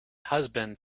husband